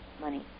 money